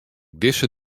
dizze